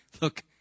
Look